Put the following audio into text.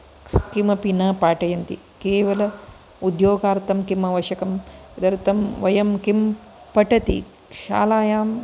किमपि न पाठयन्ति केवलम् उद्योगार्थं किम् अवश्यं तदर्तं वयं किं पटति शालायां